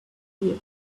here